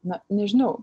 na nežinau